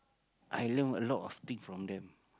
I learn a lot of thing from them